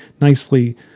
nicely